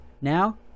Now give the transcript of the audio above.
Now